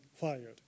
fired